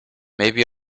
maybe